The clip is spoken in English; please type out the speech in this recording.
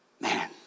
Man